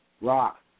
Rock